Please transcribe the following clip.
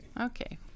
Okay